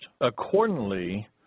accordingly